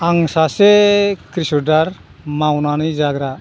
आं सासे क्रिसकदार मावनानै जाग्रा